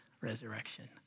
resurrection